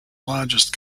largest